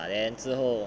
ah then 之后